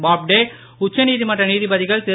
போப்டே உச்ச நீதிமன்ற நீதிபதிகள் திரு